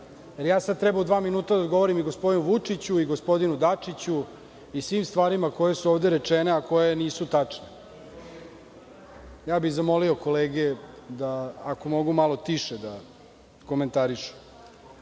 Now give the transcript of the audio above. trebam sada u dva minuta da odgovorim i gospodinu Vučiću i gospodinu Dačiću i svim stvarima koje su ovde rečene, a koje nisu tačne. Zamolio bi kolege, ako mogu malo više da komentarišu.